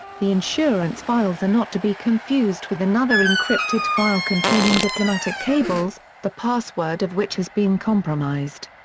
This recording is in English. the insurance files are not to be confused with another encrypted file containing diplomatic cables, the password of which has been compromised.